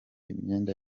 imyenda